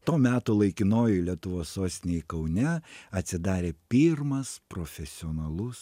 to meto laikinojoj lietuvos sostinėj kaune atsidarė pirmas profesionalus